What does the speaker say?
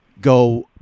go –